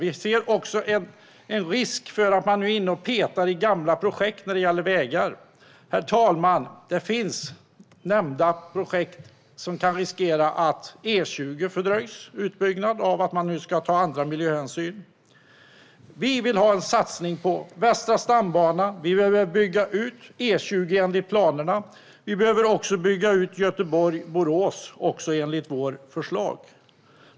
Vi ser en risk för att man är inne och petar i gamla projekt när det gäller vägar. Bland nämnda projekt riskerar utbyggnaden av E20 att fördröjas därför att man nu måste ta andra miljöhänsyn. Vi vill ha en satsning på Västra stambanan, och vi vill bygga ut E20 enligt planerna. Vi bör också bygga ut Göteborg-Borås enligt vårt förslag.